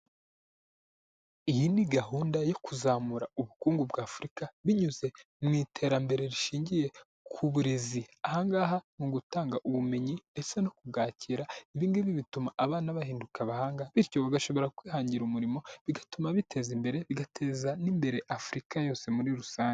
Iyi ni gahunda yo kuzamura ubukungu bwa afurika binyuze mu iterambere rishingiye ku burezi. Ahangaha ni ugutanga ubumenyi ndetse no kubwakira, ibingibi bituma abana bahinduka abahanga bityo bagashobora kwihangira umurimo bigatuma biteza imbere bigateza n'imbere afurika yose muri rusange.